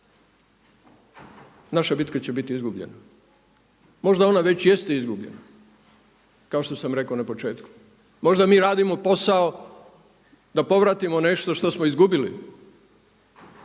naša bitka će biti izgubljena, možda ona već jeste izgubljena kao što sam rekao na početku. Možda mi radimo posao da povratimo nešto što smo izgubili